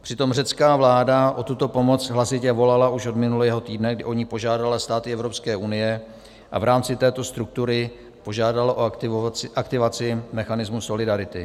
Přitom řecká vláda o tuto pomoc hlasitě volala už od minulého týdne, kdy o ni požádala státy Evropské unie, a v rámci této struktury požádala o aktivaci mechanismu solidarity.